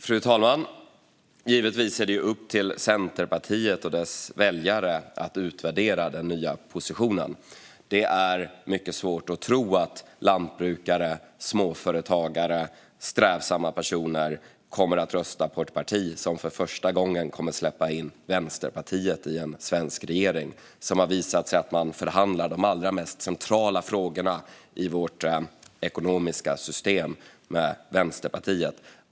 Fru talman! Givetvis är det upp till Centerpartiet och dess väljare att utvärdera den nya positionen. Det är mycket svårt att tro att lantbrukare, småföretagare och andra strävsamma personer kommer att rösta på ett parti som för första gången kommer att släppa in Vänsterpartiet i en svensk regering. Det har visat sig att man förhandlar om de allra mest centrala frågorna i vårt ekonomiska system med Vänsterpartiet.